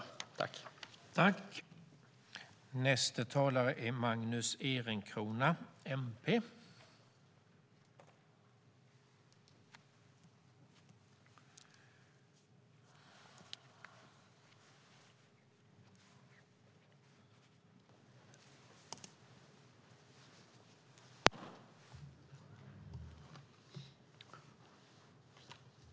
I detta anförande instämde Lennart Axelsson .